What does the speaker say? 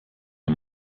mir